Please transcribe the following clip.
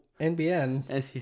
NBN